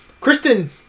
Kristen